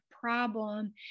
problem